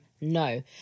No